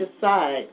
decide